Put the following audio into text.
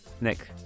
Nick